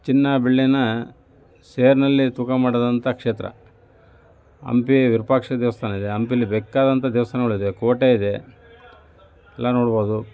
ಚಿನ್ನ ಬೆಳ್ಳೀನ ಸೇರಿನಲ್ಲಿ ತೂಕ ಮಾಡಿದಂಥ ಕ್ಷೇತ್ರ ಹಂಪಿ ವಿರೂಪಾಕ್ಷ ದೇವಸ್ಥಾನ ಇದೆ ಹಂಪಿಯಲ್ಲಿ ಬೇಕಾದಂಥ ದೇವಸ್ಥಾನಗಳು ಇದೆ ಕೋಟೆ ಇದೆ ಎಲ್ಲ ನೋಡ್ಬೋದು